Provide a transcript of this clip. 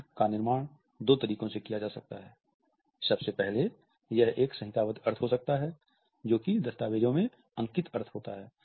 अर्थ का निर्माण दो तरीकों से किया जा सकता है सबसे पहले यह एक संहिताबद्ध अर्थ हो सकता है जो कि दस्तावेज़ों में अंकित अर्थ होता है